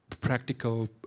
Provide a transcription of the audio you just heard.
practical